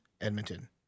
Edmonton